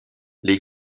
les